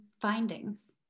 findings